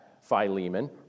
Philemon